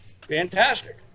Fantastic